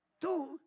two